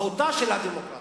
מהותה של הדמוקרטיה,